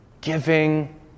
giving